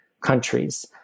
countries